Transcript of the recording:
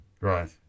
right